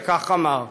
כך אמר: